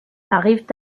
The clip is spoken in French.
arrivent